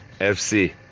FC